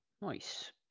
Nice